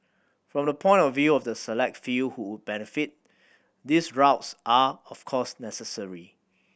from the point of view of the select few who benefit these are of course necessary